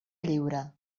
lliure